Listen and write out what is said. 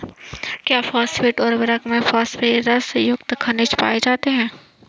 क्या फॉस्फेट उर्वरक में फास्फोरस युक्त खनिज पाए जाते हैं?